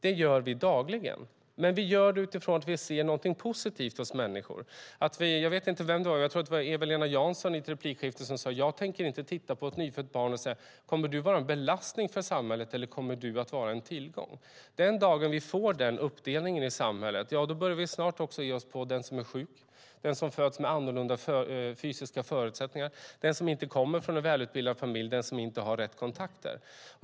Detta gör vi dagligen, men vi gör det utifrån att vi ser någonting positivt hos människor. Jag tror att det var Eva-Lena Jansson som i ett replikskifte sade: Jag tänker inte titta på ett nyfött barn och fråga om barnet kommer att vara en belastning eller en tillgång för samhället! Den dag vi får denna uppdelning i samhället börjar vi snart också ge oss på den som är sjuk, den som föds med annorlunda fysiska förutsättningar, den som inte kommer från en välutbildad familj och den som inte har rätt kontakter.